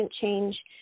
change